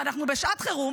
ואנחנו בשעת חירום,